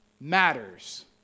matters